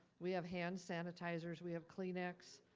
we have hand sanitizers, we have kleenex.